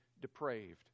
depraved